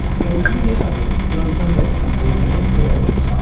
but i do know that on sunday i was downstairs.